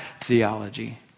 theology